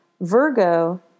Virgo